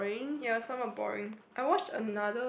ya somewhat boring I watch another